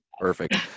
Perfect